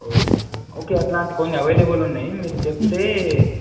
okay okay అట్లాంటి కొన్ని available ఉన్నాయి మీరు చెప్తే